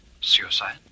Suicide